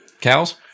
cows